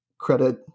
credit